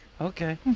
Okay